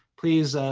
please